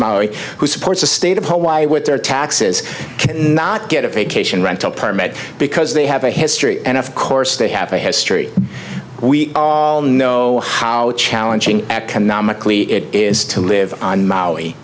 who supports the state of hawaii with their taxes cannot get a vacation rental permit because they have a history and of course they have a history we all know how challenging economically it is to live on maui